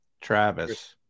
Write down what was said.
Travis